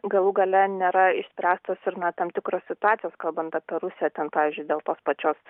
galų gale nėra išspręstos ir na tam tikros situacijos kalbant apie rusiją ten pavyzdžiui dėl tos pačios